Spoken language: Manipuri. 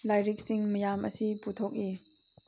ꯂꯥꯏꯔꯤꯛꯁꯤꯡ ꯃꯌꯥꯝ ꯑꯁꯤ ꯄꯨꯊꯣꯛꯏ